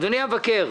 אדוני המבקר,